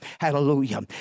Hallelujah